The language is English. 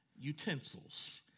utensils